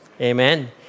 Amen